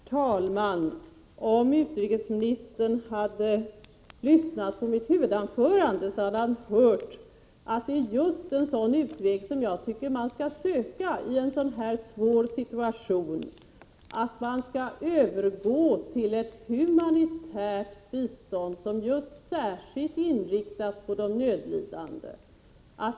Herr talman! Om utrikesministern hade lyssnat på mitt huvudanförande hade han hört att det är just en sådan utväg som jag tycker att man skall söka efter i denna svåra situation. Man bör övergå till ett humanitärt bistånd som särskilt inriktas på de nödlidande.